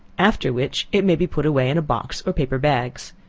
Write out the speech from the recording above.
after which it may be put away in a box or paper bags.